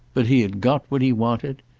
but he had got what he wanted.